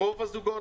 רוב הזוגות,